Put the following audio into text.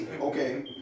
Okay